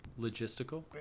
logistical